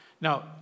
Now